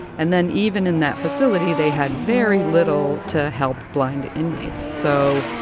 and then even in that facility they had very little to help blind inmates. so,